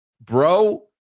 bro